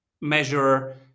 measure